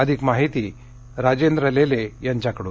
अधिक माहिती राजेंद्र लेले यांच्याकडून